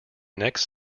next